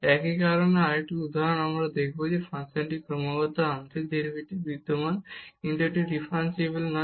একই ধরণের আরেকটি উদাহরণ এখানেও আমরা দেখব যে ফাংশনটি ক্রমাগত আংশিক ডেরিভেটিভস বিদ্যমান কিন্তু এটি ডিফারেনসিবল নয়